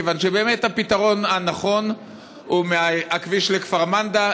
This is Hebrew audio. כיוון שהפתרון הנכון הוא מהכביש לכפר מנדא,